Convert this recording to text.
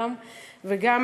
וגם,